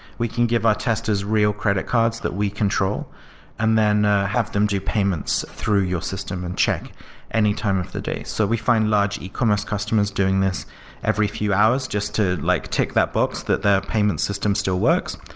we can give our testers real credit cards that we control and then have them do payments through your system and check anytime of the day. so we find large ecommerce customers doing this every few hours just to like tick that box that their payment system still works.